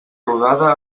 rodada